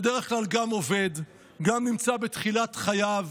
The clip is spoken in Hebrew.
בדרך כלל גם עובד, גם נמצא בתחילת חייו